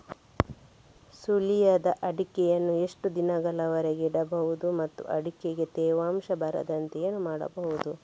ಸುಲಿಯದ ಅಡಿಕೆಯನ್ನು ಎಷ್ಟು ದಿನಗಳವರೆಗೆ ಇಡಬಹುದು ಮತ್ತು ಅಡಿಕೆಗೆ ತೇವಾಂಶ ಬರದಂತೆ ಏನು ಮಾಡಬಹುದು?